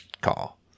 call